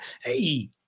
Hey